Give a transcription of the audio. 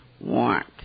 want